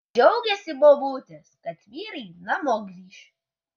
džiaugėsi bobutės kad vyrai namo grįš